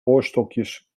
oorstokjes